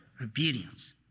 obedience